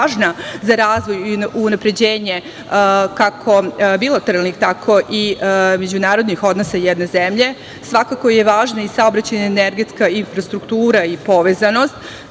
važno za razvoj i unapređenje kako bilateralnih, tako i međunarodnih odnosa jedne zemlje. Svakako je važna i saobraćajna i energetska infrastruktura i povezanost.